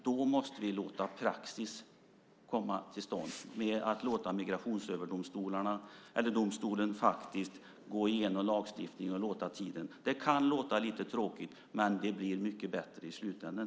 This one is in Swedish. Då måste vi låta praxis råda genom att låta migrationsdomstolen gå igenom lagstiftningen. Det kan låta lite tråkigt, men det blir mycket bättre i slutändan.